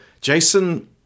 Jason